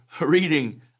reading